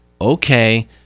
Okay